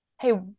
Hey